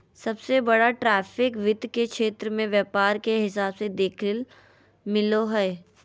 सबसे बड़ा ट्रैफिक वित्त के क्षेत्र मे व्यापार के हिसाब से देखेल मिलो हय